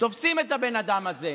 תופסים את האדם הזה,